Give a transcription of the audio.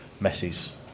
Messi's